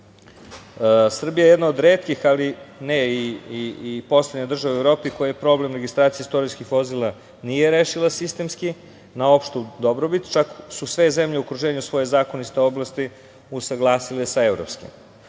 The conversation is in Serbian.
je jedna od retkih, ali ne i poslednja država u Evropi koja problem registracija istorijskih vozila nije rešila sistemski na opštu dobrobit, čak su sve zemlje u okruženju svoje zakonite iz te oblasti usaglasile sa evropskim. Istorijska